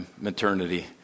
maternity